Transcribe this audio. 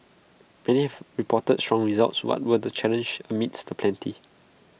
many have reported strong results what were the challenges amids the plenty